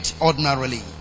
ordinarily